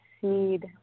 seed